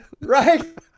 right